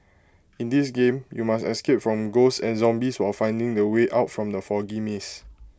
in this game you must escape from ghosts and zombies while finding the way out from the foggy maze